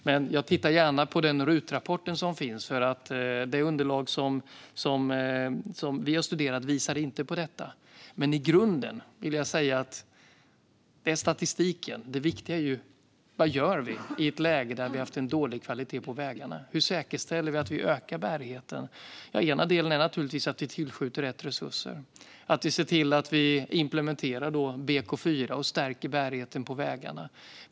Men jag tittar gärna på RUT-rapporten, för det underlag som vi har studerat visar inte på detta. Så långt statistiken. Det viktiga är ju vad vi gör i ett läge där vi har dålig kvalitet på vägarna. Hur säkerställer vi att vi ökar bärigheten? Ena delen är givetvis att vi tillskjuter rätt resurser, implementerar BK4 och stärker bärigheten på vägarna.